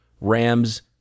Rams